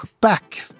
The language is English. back